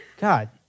God